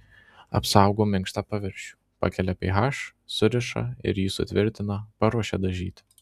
apsaugo minkštą paviršių pakelia ph suriša ir jį sutvirtina paruošia dažyti